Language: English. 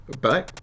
bye